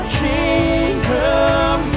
kingdom